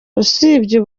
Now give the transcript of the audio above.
usibye